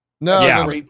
No